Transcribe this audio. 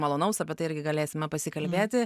malonaus apie tai irgi galėsime pasikalbėti